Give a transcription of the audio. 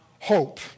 hope